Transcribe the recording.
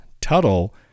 Tuttle